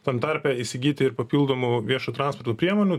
tam tarpe įsigyti ir papildomų viešo transporto priemonių